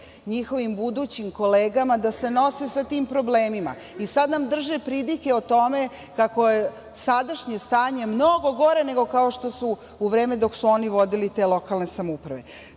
njihovim budućim kolegama da se nose sa tim problemima. I sad nam drže pridike o tome kako je sadašnje stanje mnogo gore nego kao u vreme dok su oni vodili te lokalne samouprave. Znači,